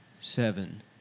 seven